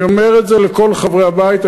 אני אומר את זה לכל חברי הבית.